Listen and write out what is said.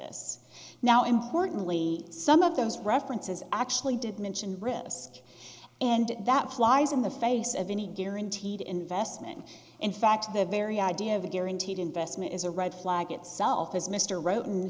this now importantly some of those references actually did mention risk and that flies in the face of any guaranteed investment in fact the very idea of a guaranteed investment is a red flag itself as mr ro